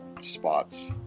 spots